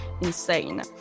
insane